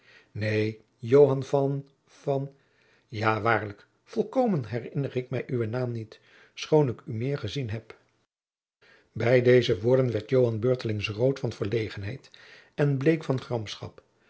joan van van ja waarlijk volkomen herinner ik mij uwen naam niet schoon ik u meer gezien heb bij deze woorden werd joan beurtelings rood van verlegenheid en bleek van